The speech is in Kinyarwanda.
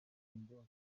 n’umukinnyi